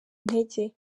intege